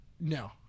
No